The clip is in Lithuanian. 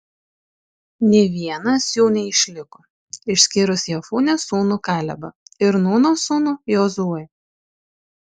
nė vienas jų neišliko išskyrus jefunės sūnų kalebą ir nūno sūnų jozuę